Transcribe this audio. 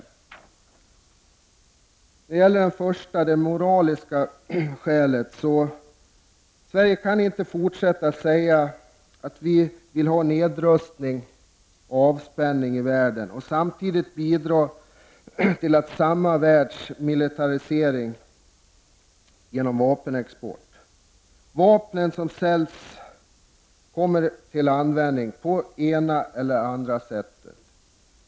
När det gäller de moraliska skälen kan Sverige inte fortsätta att säga att vi vill ha nedrustning och avspänning i världen och samtidigt bidra till samma världs militarisering genom vapenexport. Vapen som säljs kommer till användning på det ena eller det andra sättet.